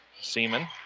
Seaman